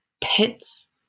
pets